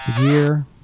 year